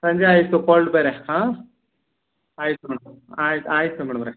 ಸಂಜೆ ಆಯಿತು ಕೋಲ್ಡ್ ಬೇರೆ ಹಾಂ ಆಯಿತು ಮೇಡಮ್ ಆಯ್ತು ಆಯಿತು ಮೇಡಮ್ ಅವರೆ